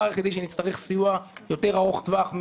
הדבר היחידי שנצטרך סיוע ארוך טווח יותר